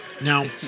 now